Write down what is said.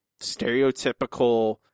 stereotypical